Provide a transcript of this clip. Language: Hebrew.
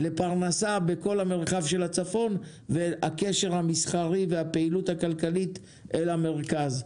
לכל המרחב של הצפון ולקשר המסחרי ולפעילות הכלכלית במרכז.